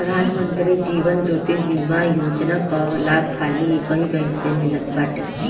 प्रधान मंत्री जीवन ज्योति बीमा योजना कअ लाभ खाली एकही बैंक से मिलत बाटे